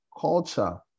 culture